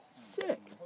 sick